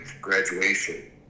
graduation